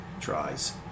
tries